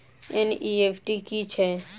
NEFT की छीयै?